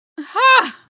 Ha